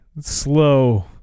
slow